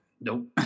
Nope